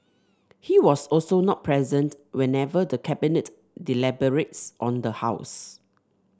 he was also not present whenever the Cabinet deliberates on the house